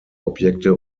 objekte